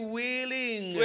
willing